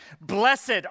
Blessed